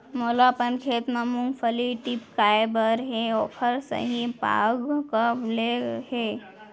मोला अपन खेत म मूंगफली टिपकाय बर हे ओखर सही पाग कब ले हे?